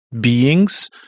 beings